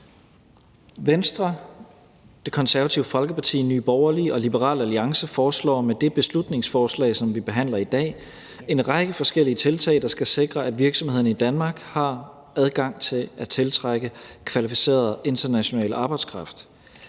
Venstre, Det Konservative Folkeparti, Nye Borgerlige og Liberal Alliance foreslår med det beslutningsforslag, som vi behandler her i dag, en række forskellige tiltag, der skal sikre, at virksomhederne i Danmark har adgang til at tiltrække kvalificeret international arbejdskraft.